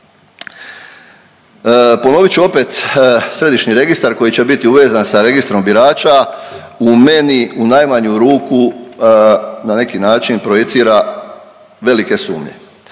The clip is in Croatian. Ponovit ću opet središnji registar koji će biti uvezan sa Registrom birača u meni u najmanju ruku na neki način projicira velike sumnje.